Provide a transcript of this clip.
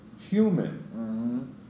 Human